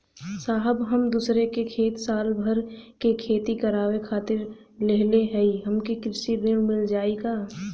साहब हम दूसरे क खेत साल भर खेती करावे खातिर लेहले हई हमके कृषि ऋण मिल जाई का?